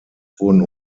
wurden